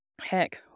heck